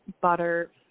butter